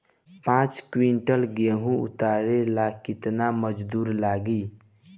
पांच किविंटल गेहूं उतारे ला केतना मजदूर लागी?